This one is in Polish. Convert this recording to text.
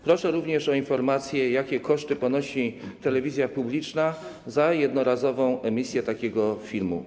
Proszę również o informację, jakie koszty ponosi telewizja publiczna za jednorazową emisję takiego filmu.